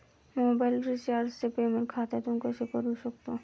Mobile रिचार्जचे payment खात्यातून कसे करू शकतो?